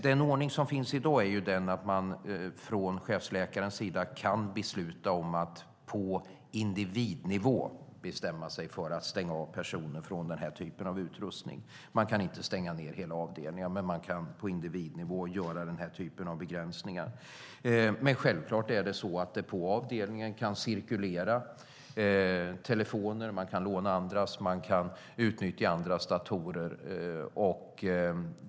Den ordning som finns i dag är den att chefsläkaren kan besluta om att på individnivå stänga av personer från den här typen av utrustning. Man kan inte stänga ned hela avdelningar, men man kan på individnivå göra den här typen av begränsningar. Självklart kan det på avdelningen cirkulera telefoner - man kan låna andras telefoner och utnyttja andras datorer.